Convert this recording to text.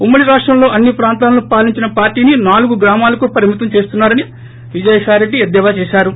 ఉమ్మడి రాష్టంలో అన్ని ప్రాంతాలను పాలించిన వార్టీని నాలుగు గ్రామాలకు పరిమితం చేస్తున్నా రని విజయసాయిరెడ్డి ఎద్దావా చేసారు